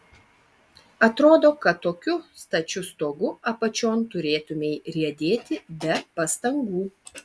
atrodo kad tokiu stačiu stogu apačion turėtumei riedėti be pastangų